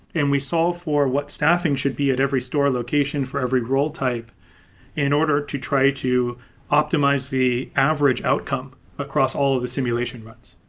and we solved for what staffing should be at every store location for every role type in order to try to optimize the average outcome across all of the simulation routes.